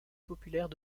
populaire